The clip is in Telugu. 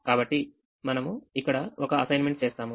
కాబట్టి మనము ఇక్కడ ఒక అసైన్మెంట్ చేస్తాము